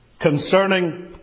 concerning